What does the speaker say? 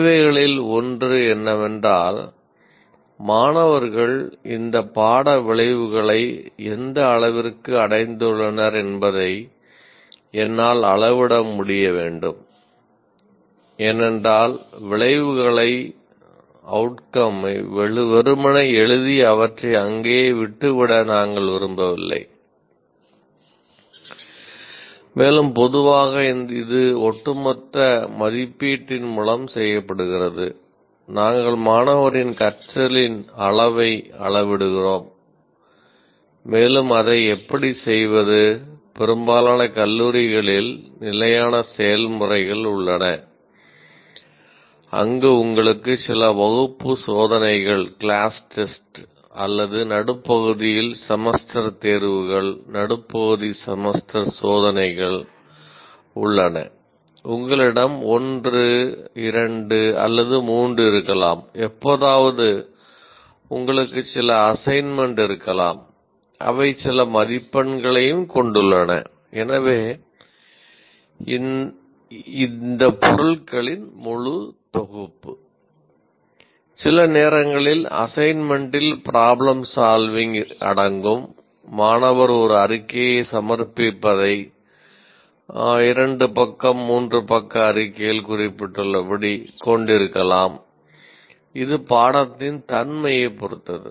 தேவைகளில் ஒன்று என்னவென்றால் மாணவர்கள் இந்த பாட விளைவுகளை எந்த அளவிற்கு அடைந்துள்ளனர் என்பதை என்னால் அளவிட முடிய வேண்டும் ஏனென்றால் விளைவுகளை கொண்டிருக்கலாம் இது பாடத்தின் தன்மையைப் பொறுத்தது